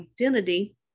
identity